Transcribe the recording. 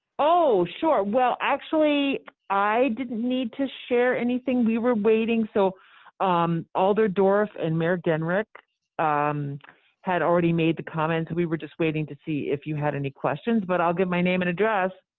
oh, sure, well, actually i didn't need to share anything. we were waiting. so um elder dorff and mayor genrich um had already made the comments. we were just waiting to see if you have any questions, but i'll give my name and address.